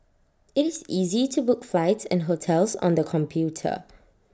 IT is easy to book flights and hotels on the computer